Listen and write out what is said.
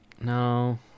No